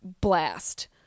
blast